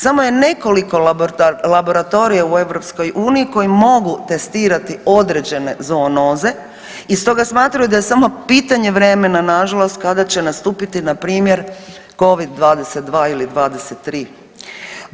Samo je nekoliko laboratorija u EU koji mogu testirati određene zoonoze i stoga smatraju da je samo pitanje vremena nažalost kada će nastupiti npr. Covid-22 ili 23.